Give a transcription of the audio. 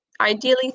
ideally